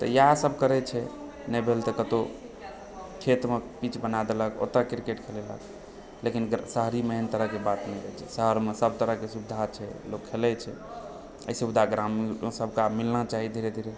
तऽ इएहसभ करै छै नहि भेल त कतहुँ खेतमे पिच बना देलक ओतए क्रिकेट खेलेलक लेकिन शहरीमे एहन तरह के बात नहि होइत छै शहरमे सभ तरह के सुविधा छै लोक खेलय छै ई सुविधा ग्रामीणोसभके आब मिलना चाही धीरे धीरे